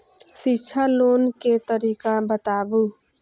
शिक्षा लोन के तरीका बताबू?